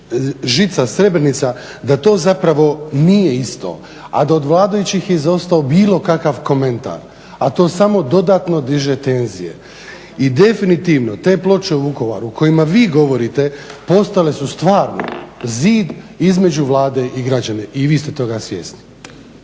žica, Srebrenica" da to zapravo nije isto. A da od vladajućih je izostao bilo kakav komentar. A to samo dodatno diže tenzije. I definitivno te ploče u Vukovaru o kojima vi govorite postale su stvarno zid između Vlade i građana. I vi ste toga svjesni.